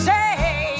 Say